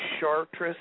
Chartres